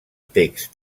text